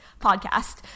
podcast